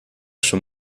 schon